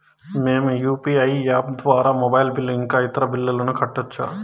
మేము UPI app ద్వారా mobile bill ఇంకా ఇతర బిల్లులను కట్టొచ్చు